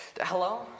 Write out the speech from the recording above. Hello